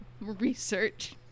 research